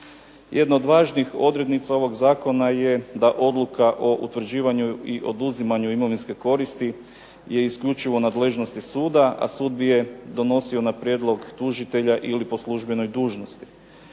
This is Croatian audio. Jedno od važnih odrednica ovog Zakona je da odluka o utvrđivanju i oduzimanju imovinske koristi je isključivo u nadležnosti suda, a sud bi je donosio na prijedlog tužitelja ili po službenoj dužnosti.